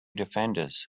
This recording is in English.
defenders